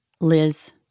Liz